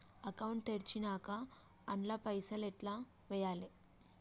Account తెరిచినాక అండ్ల పైసల్ ఎట్ల వేయాలే?